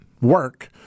work